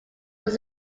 was